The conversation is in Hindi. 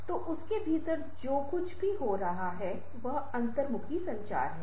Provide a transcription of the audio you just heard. तो उसके भीतर जो कुछ भी हो रहा है वह अंतर्मुखी संचार है